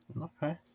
Okay